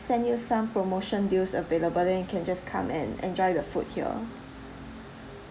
send you some promotion deals available then you can just come and enjoy the food here